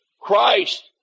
Christ